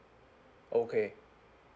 okay